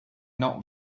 not